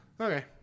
okay